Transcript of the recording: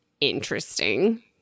interesting